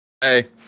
hey